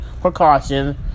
precautions